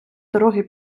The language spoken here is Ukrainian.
дороги